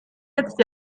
jetzt